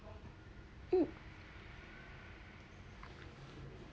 um